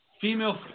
female